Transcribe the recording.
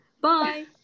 Bye